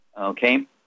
okay